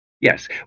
Yes